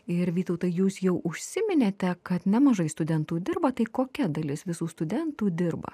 ir vytautai jūs jau užsiminėte kad nemažai studentų dirba tai kokia dalis visų studentų dirba